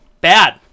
Bad